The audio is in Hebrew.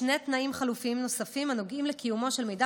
שני תנאים חלופיים נוספים הנוגעים לקיומו של מידע